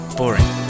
Boring